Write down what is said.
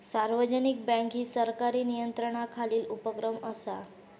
सार्वजनिक बँक ही सरकारी नियंत्रणाखालील उपक्रम असा